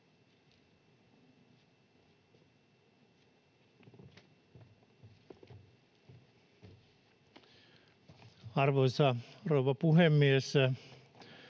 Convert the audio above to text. Arvoisa rouva puhemies!